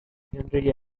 henry